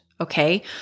Okay